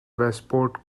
westport